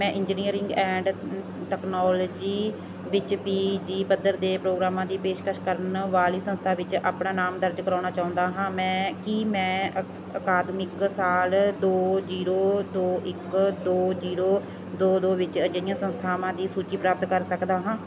ਮੈਂ engineering and technology ਵਿੱਚ P G ਪੱਧਰ ਦੇ ਪ੍ਰੋਗਰਾਮਾਂ ਦੀ ਪੇਸ਼ਕਸ਼ ਕਰਨ ਵਾਲੀ ਸੰਸਥਾ ਵਿੱਚ ਆਪਣਾ ਨਾਮ ਦਰਜ ਕਰਵਾਉਣਾ ਚਾਹੁੰਦਾ ਹਾਂ ਮੈਂ ਕੀ ਮੈਂ ਅਕਾਦਮਿਕ ਸਾਲ ਦੋ ਜੀਰੋ ਦੋ ਇੱਕ ਦੋ ਜੀਰੋ ਦੋ ਦੋ ਵਿੱਚ ਅਜਿਹੀਆਂ ਸੰਸਥਾਵਾਂ ਦੀ ਸੂਚੀ ਪ੍ਰਾਪਤ ਕਰ ਸਕਦਾ ਹਾਂ